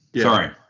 Sorry